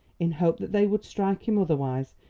in hope that they would strike him otherwise,